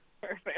Perfect